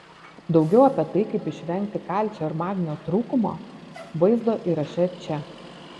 daugiau apie tai kaip išvengti kalcio ir magnio trūkumo vaizdo įraše čia